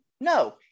No